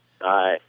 Hi